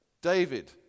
David